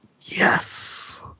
Yes